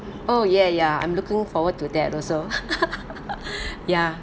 oh yeah ya I'm looking forward to that also ya